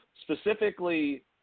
specifically